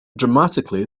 dramatically